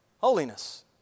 Holiness